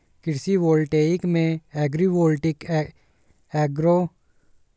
कृषि वोल्टेइक में agrivoltaic agro photovoltaic agrisol या दोहरे उपयोग वाले सौर शामिल है